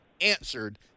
answered